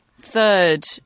third